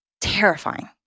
terrifying